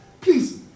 please